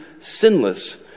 sinless